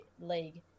league